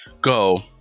go